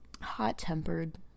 hot-tempered